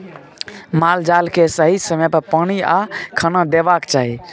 माल जाल केँ सही समय पर पानि आ खाना देबाक चाही